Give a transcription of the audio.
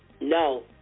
No